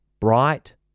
bright